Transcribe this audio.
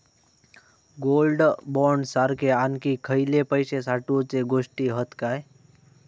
Gold bond सारखे आणखी खयले पैशे साठवूचे गोष्टी हत काय?